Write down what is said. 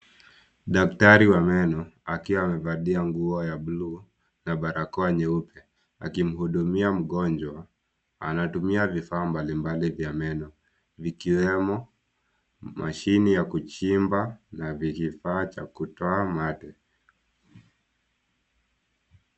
Daktari wa meno akiwa amevalia nguo ya buluu na barakoa nyeupe akimhudumia mgonjwa anatumia vifaa mbalimbali vya meno vikiwemo mashini ya kuchimba na vifaa cha kutoa mate.